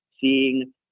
seeing